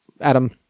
Adam